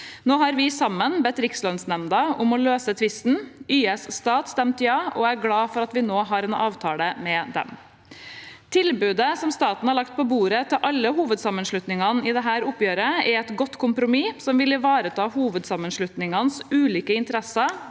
Nå har vi sammen bedt Rikslønnsnemnda om å løse tvisten. YS Stat stemte ja, og jeg er glad for at vi nå har en avtale med dem. Tilbudet som staten har lagt på bordet til alle hovedsammenslutningene i dette oppgjøret, er et godt kompromiss som vil ivareta hovedsammenslutningenes ulike interesser,